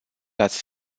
ați